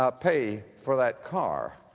ah pay for that car,